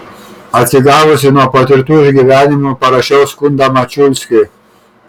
atsigavusi nuo patirtų išgyvenimų parašiau skundą mačiulskiui